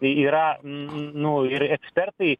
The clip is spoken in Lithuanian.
į yra nu ir ekspertai